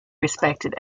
respected